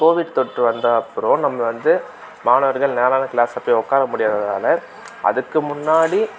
Covid தொற்று வந்த அப்பறம் நம்ம வந்து மாணவர்கள் நேராக க்ளாஸில் போய் உக்கார முடியாததால் அதுக்கு முன்னாடி